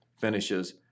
finishes